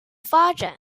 发展